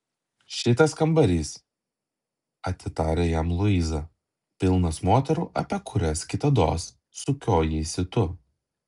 šitas kambarys atitarė jam luiza pilnas moterų apie kurias kitados sukiojaisi tu